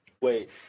wait